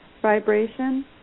Vibration